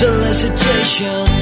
Solicitation